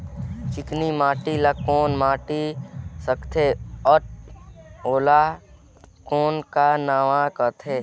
चिकनी माटी ला कौन माटी सकथे अउ ओला कौन का नाव काथे?